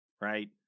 right